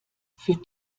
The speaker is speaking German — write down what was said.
für